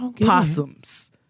possums